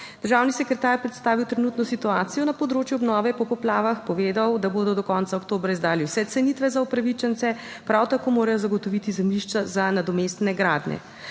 Državni sekretar je predstavil trenutno situacijo na področju obnove po poplavah. Povedal, da bodo do konca oktobra izdali vse cenitve za upravičence, prav tako morajo zagotoviti zemljišča za nadomestne gradnje.